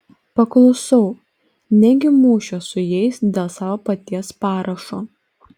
paklusau negi mušiuos su jais dėl savo paties parašo